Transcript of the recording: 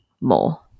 more